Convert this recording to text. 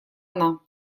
она